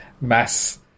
mass